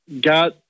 got